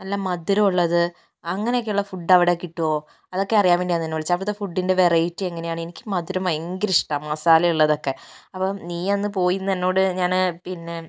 നല്ല മധുരമുള്ളത് അങ്ങനെയൊക്കെയുള്ള ഫുഡ് അവിടെ കിട്ടുമോ അതൊക്കെ അറിയാൻ വേണ്ടിയാണ് നിന്നെ വിളിച്ചത് അവിടുത്തെ ഫുഡിൻ്റെ വെറൈറ്റി എങ്ങനെയാണ് എനിക്ക് മധുരം ഭയങ്കരിഷ്ടമാണ് മസാല ഉള്ളതൊക്കെ അപ്പം നീയന്ന് പോയിന്നെന്നോട് ഞാന് പിന്നെ